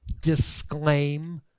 disclaim